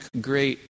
Great